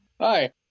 Hi